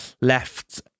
left